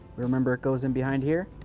remember, it goes in behind here.